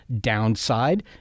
downside